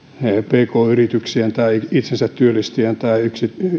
pk yrityksien tai itsensä työllistäjän tai